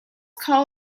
call